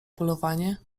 polowanie